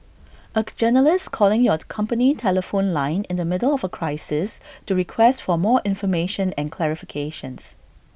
A journalist calling your company telephone line in the middle of A crisis to request for more information and clarifications